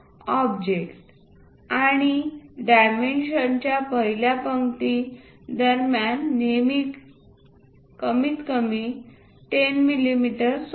object आणि डायमेन्शनच्या पहिल्या पंक्ती दरम्यान नेहमी कमीतकमी 10 मिमी सोडा